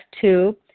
two